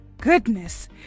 goodness